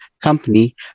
company